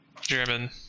German